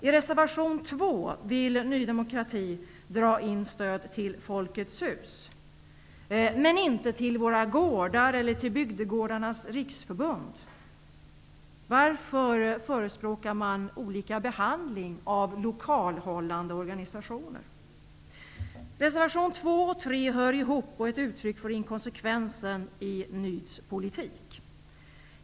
I reservation 2 vill Ny demokrati dra in stöd till Folkets hus-rörelsen, men inte till Våra gårdar eller Bygdegårdarnas riksförbund. Varför förespråkar man olika behandling av lokalhållande organisationer? Reservation 2 och 3 hör ihop och är ett uttryck för inkonsekvensen i nyd:s politik.